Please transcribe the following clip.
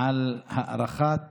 על הארכת